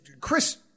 Chris